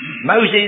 Moses